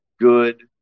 good